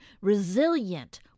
resilient